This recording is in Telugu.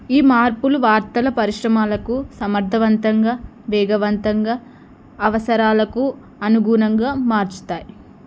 ఈ మార్పులు వార్తల పరిశ్రమలకు సమర్థవంతంగా వేగవంతంగా అవసరాలకు అనుగుణంగా మార్చుతాయి